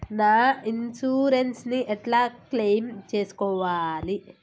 నా ఇన్సూరెన్స్ ని ఎట్ల క్లెయిమ్ చేస్కోవాలి?